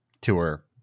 tour